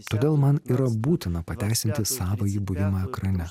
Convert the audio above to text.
todėl man yra būtina pateisinti savąjį buvimą ekrane